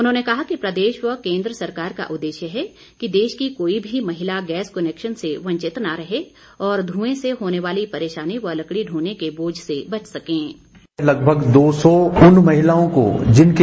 उन्होंने कहा कि प्रदेश व केन्द्र सरकार का उद्देश्य है कि देश की कोई भी महिला गैस कनैक्शन से वंचित न रहे और धुंए से होने वाली परेशानी व लकड़ी ढोने के बोझ से बच सके